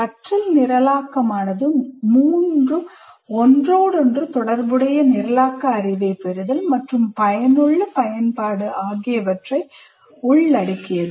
கற்றல் நிரலாக்கமானது மூன்று ஒன்றோடொன்று தொடர்புடைய நிரலாக்க அறிவைப் பெற்று கையகப்படுத்தி மற்றும் பெற்ற அறிவை பயன்படுத்துதல்பெறுதல் ஆகியவற்றை உள்ளடக்கியது